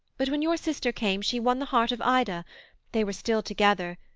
but when your sister came she won the heart of ida they were still together,